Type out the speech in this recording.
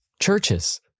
churches